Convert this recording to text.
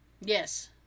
Yes